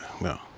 No